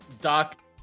Doc